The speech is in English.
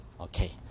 okay